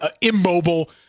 immobile